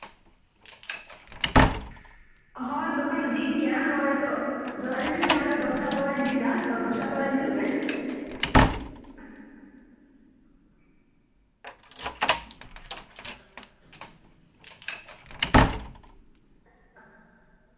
ᱦᱳᱭ ᱫᱚᱠᱟᱱ ᱡᱷᱤᱡ ᱜᱮᱭᱟ ᱱᱚᱜᱼᱚᱭ ᱛᱚ ᱟᱹᱣᱨᱤᱧ ᱡᱷᱤᱡᱟ ᱢᱟᱱᱮ ᱫᱚᱥᱴᱟ ᱯᱚᱨᱮᱧ ᱡᱷᱤᱡᱟ ᱛᱚ ᱫᱚᱥᱴᱟ ᱯᱚᱨᱮ ᱦᱤᱡᱩᱜ ᱢᱮ